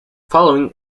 following